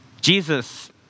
Jesus